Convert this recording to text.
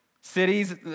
cities